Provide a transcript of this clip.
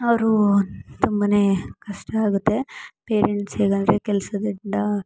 ಅವರೂ ತುಂಬ ಕಷ್ಟ ಆಗುತ್ತೆ ಪೇರೆಂಟ್ಸಿಗಂದರೆ ಕೆಲಸದಿಂದ